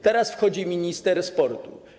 Teraz wchodzi minister sportu.